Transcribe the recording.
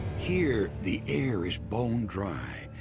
here the air is bone dry,